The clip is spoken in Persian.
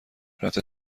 رفته